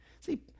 See